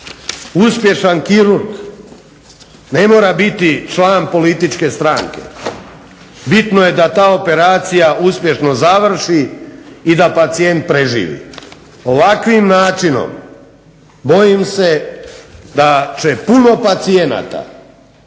Uspješan kirurg ne mora biti član političke stranke, bitno je da ta operacija uspješno završi i da pacijent preživi. Ovakvim načinom bojim se da će puno pacijenata